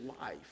life